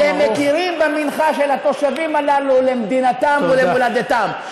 כי הם מכירים במנחה של התושבים הללו למדינתם ולמולדתם.